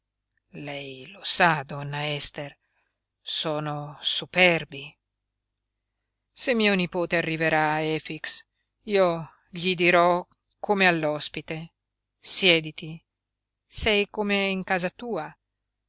lei lo sa donna ester sono superbi se mio nipote arriverà efix io gli dirò come all'ospite siediti sei come in casa tua